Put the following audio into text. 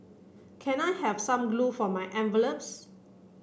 can I have some glue for my envelopes